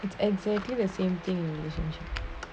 it's exactly the same thing